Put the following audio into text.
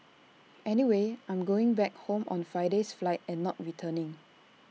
anyway I'm going back home on Friday's flight and not returning